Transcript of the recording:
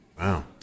Wow